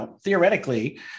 theoretically